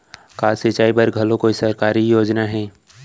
का सिंचाई बर घलो कोई सरकारी योजना हे?